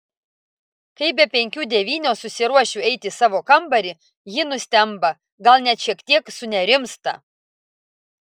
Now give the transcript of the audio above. kai be penkių devynios susiruošiu eiti į savo kambarį ji nustemba gal net šiek tiek sunerimsta